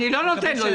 אני לא נותן לו יותר.